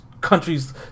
countries